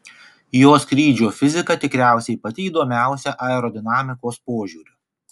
jo skrydžio fizika tikriausiai pati įdomiausia aerodinamikos požiūriu